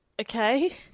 Okay